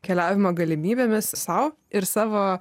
keliavimo galimybėmis sau ir savo